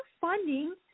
funding